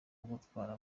gutwara